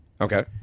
Okay